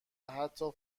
حتی